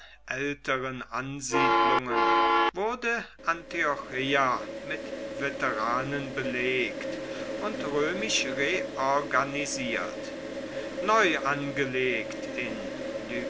älteren ansiedlungen wurde antiocheia mit veteranen belegt und römisch reorganisiert neu angelegt in